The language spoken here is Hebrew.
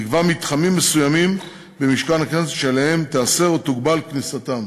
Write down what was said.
יקבע מתחמים מסוימים במשכן הכנסת שאליהם תיאסר או תוגבל כניסתם.